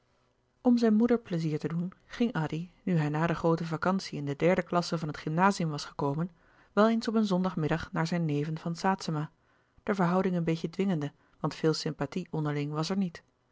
om zijn moeder pleizier te doen ging addy nu hij na de groote vacantie in de derde klasse van het gymnazium was gekomen wel eens op een zondagmiddag naar zijn neven van saetzema de verhouding een beetje dwingende want veel sympathie onderling was er niet